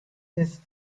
this